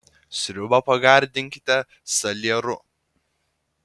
sriubą pagardinkite salieru